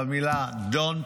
במילה Don't,